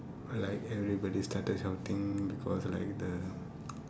like everybody started shouting because like the